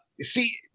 See